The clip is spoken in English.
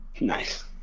Nice